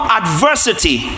adversity